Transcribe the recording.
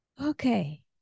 okay